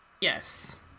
Yes